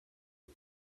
jag